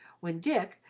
when dick,